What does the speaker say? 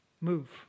move